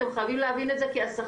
אתם חייבים להבין את זה כי הסחבת,